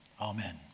Amen